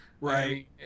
right